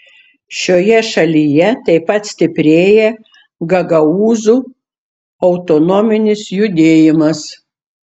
šioje šalyje taip pat stiprėja gagaūzų autonominis judėjimas